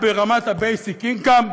ברמת ה-basic income,